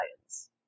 science